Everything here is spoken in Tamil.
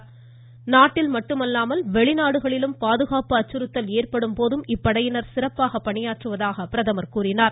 நம்நாட்டில் மட்டுமல்லாமல் வெளிநாடுகளிலும் பாதுகாப்பு அச்சுறுத்தல் ஏற்படும் போது இப்படையினர் சிறப்பாக பணியாற்றுவதாக கூறினார்